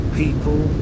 people